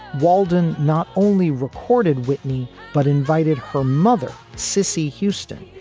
walden not only recorded whitney, but invited her mother, cissy houston,